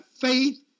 faith